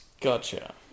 Gotcha